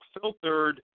filtered